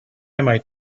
might